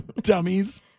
Dummies